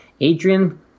Adrian